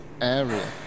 area